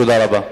תודה רבה.